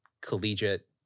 collegiate